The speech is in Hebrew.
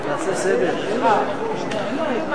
אתה צריך יותר מעשר דקות?